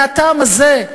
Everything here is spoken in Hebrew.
מהטעם הזה,